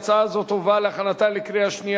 ההצעה להעביר את הצעת חוק הפעלת רכב (מנועים